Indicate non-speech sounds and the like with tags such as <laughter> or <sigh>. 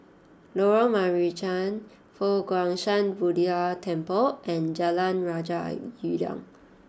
Lorong Marican Fo Guang Shan Buddha Temple and Jalan Raja <hesitation> Udang